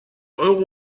euro